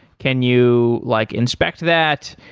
can you like inspect that?